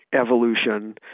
evolution